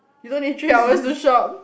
you don't need three hours to shop